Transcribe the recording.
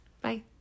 Bye